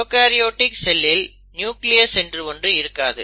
prokaryotic செல்லில் nucleus என்று ஒன்று இருக்காது